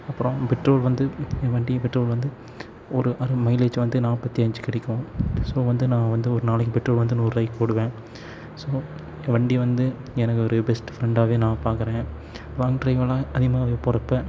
அப்பறம் பெட்ரோல் வந்து என் வண்டிக்கு பெட்ரோல் வந்து ஒரு அது மைலேஜ் வந்து நாற்பத்தி அஞ்சு கிடைக்கும் ஸோ வந்து நான் வந்து ஒரு நாளைக்கு பெட்ரோல் வந்து நூறுரூவாய்க்கி போடுவேன் ஸோ வண்டி வந்து எனக்கு ஒரு பெஸ்ட்டு ஃப்ரெண்டாகவே நான் பார்க்கறேன் லாங்க் ட்ரைவ் எல்லாம் அதிகமாகவே போகிறப்ப